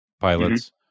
pilots